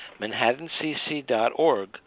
manhattancc.org